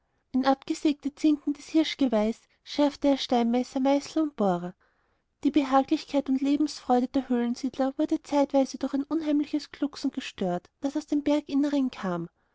in abgesägte zinken des hirschgeweihes schäftete er steinmesser meißel und bohrer die behaglichkeit und lebensfreude der höhlensiedler wurde zeitweise durch ein unheimliches glucksen gestört das aus dem berginnern kam